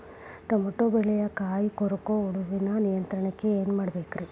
Tomato ಬೆಳೆಯ ಕಾಯಿ ಕೊರಕ ಹುಳುವಿನ ನಿಯಂತ್ರಣಕ್ಕ ಏನ್ ಮಾಡಬೇಕ್ರಿ?